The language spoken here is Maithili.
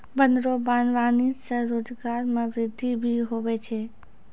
वन रो वागबानी से रोजगार मे वृद्धि भी हुवै छै